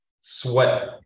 sweat